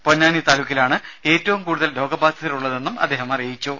പൊന്നാനി താലൂക്കിലാണ് ഏറ്റവും കൂടുതൽ രോഗബാധിതരുള്ളതെന്നും അദ്ദേഹം അറിയിച്ചു